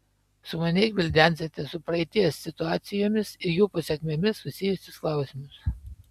sumaniai gvildensite su praeities situacijomis ir jų pasekmėmis susijusius klausimus